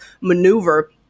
maneuver